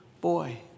boy